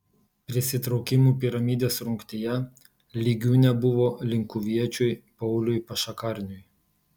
prisitraukimų piramidės rungtyje lygių nebuvo linkuviečiui pauliui pašakarniui